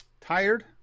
tired